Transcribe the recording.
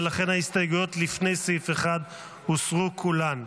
ולכן ההסתייגויות לפני סעיף 1 הוסרו כולן.